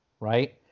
right